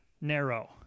narrow